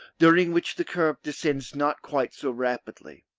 during which the curve descends not quite so rapidly,